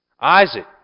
Isaac